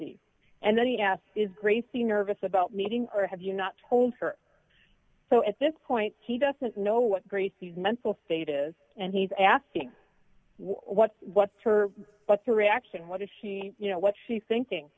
e and then he asked is gracie nervous about meeting or have you not told her so at this point he doesn't know what gracie's mental state is and he's asking what what's her what's the reaction what is she you know what she's thinking